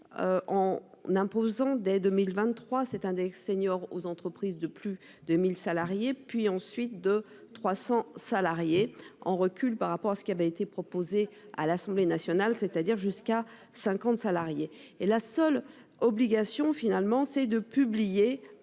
n'imposant dès 2023 cet index senior aux entreprises de plus de 1000 salariés, puis ensuite de 300 salariés en recul par rapport à ce qui avait été proposé à l'Assemblée nationale, c'est-à-dire jusqu'à 50 salariés et la seule obligation, finalement c'est de publier